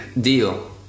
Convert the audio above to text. deal